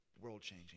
world-changing